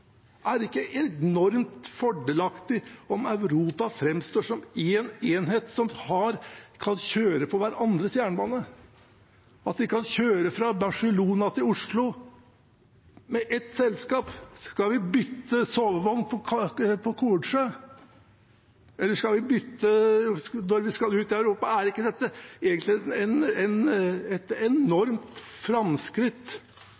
som én enhet som kan kjøre på hverandres jernbane, at vi kan kjøre fra Barcelona til Oslo med ett selskap? Skal vi bytte sovevogn på Kornsjø når vi skal ut i Europa? Er ikke dette egentlig